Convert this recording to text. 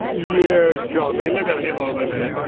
yeah, got me. look at him over there.